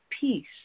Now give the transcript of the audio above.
peace